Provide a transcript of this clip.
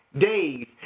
days